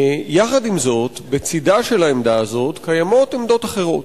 יחד עם זאת, בצד העמדה הזאת קיימות עמדות אחרות,